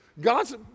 God's